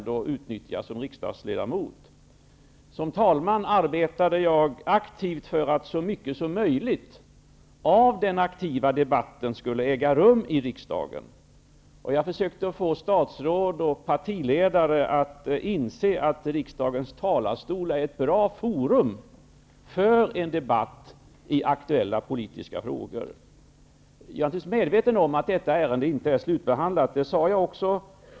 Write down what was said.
Den kan man som riksdagsledamot alltid utnyttja. Som talman arbetade jag aktivt för att så mycket som möjligt av den levande debatten skulle äga rum i riksdagen. Jag försökte få statsråd och partiledare att inse att riksdagens talarstol är ett bra forum för en debatt i aktuella politiska frågor. Jag är naturligtvis medveten om att detta ärende inte är slutbehandlat, vilket jag också sade.